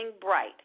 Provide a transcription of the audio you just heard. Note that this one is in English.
bright